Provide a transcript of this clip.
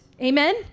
amen